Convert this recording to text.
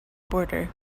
border